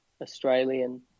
Australian